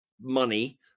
money